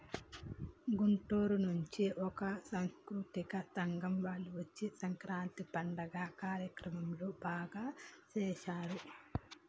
గుంటూరు నుంచి ఒక సాంస్కృతిక సంస్థ వాళ్ళు వచ్చి సంక్రాంతి పండుగ కార్యక్రమాలు బాగా సేశారు